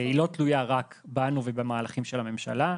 היא לא תלויה רק בנו ובמהלכים של הממשלה.